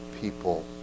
people